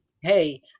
hey